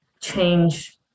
change